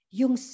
yung